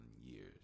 years